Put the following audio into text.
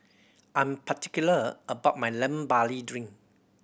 I'm particular about my Lemon Barley Drink